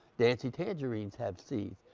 don't see tangerines have seats.